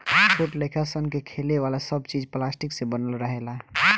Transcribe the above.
छोट लाइक सन के खेले वाला सब चीज़ पलास्टिक से बनल रहेला